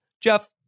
Jeff